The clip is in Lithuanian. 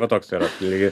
va toks yra lygiai